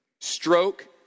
stroke